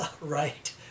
Right